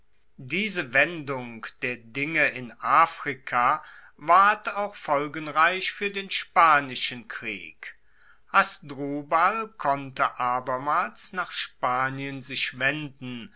diese wendung der dinge in afrika ward auch folgenreich fuer den spanischen krieg hasdrubal konnte abermals nach spanien sich wenden